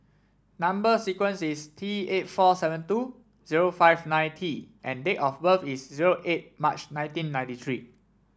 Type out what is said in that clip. number sequence is T eight four seven two zero five nine T and date of birth is zero eight March nineteen ninety three